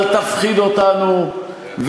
אל תפחיד אותנו,